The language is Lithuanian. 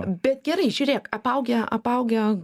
bet gerai žiūrėk apaugę apaugę